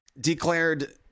declared